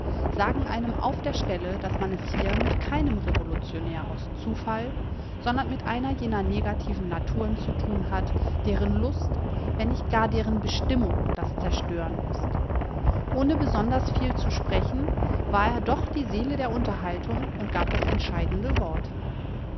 sagen einem auf der stelle daß man es hier mit keinem revolutionär aus zufall sondern mit einer jener negativen naturen zu tun hat deren lust wenn nicht gar deren bestimmung das zerstören ist ohne besonders viel zu sprechen war er doch die seele der unterhaltung und gab das entscheidende wort